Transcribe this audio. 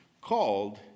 called